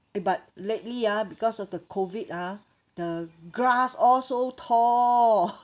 eh but lately ah because of the COVID ah the grass all so tall